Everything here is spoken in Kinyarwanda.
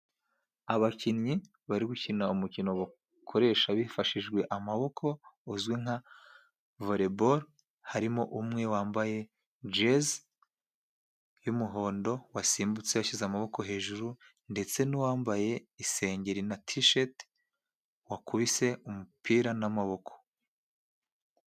Abakinnyi bari gukina umukino bakoresha bifashijwe amaboko uzwi nka volebolo, harimo umwe wambaye jezi y'umuhondo wasimbutse yashyize amaboko hejuru ndetse n'uwambaye isengeri na tisheti wakubise umupira n'amaboko.